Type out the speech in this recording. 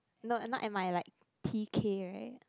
not not M_I like T_K [right]